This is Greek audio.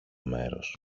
μέρος